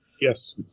Yes